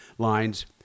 lines